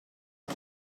del